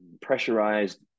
pressurized